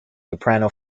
soprano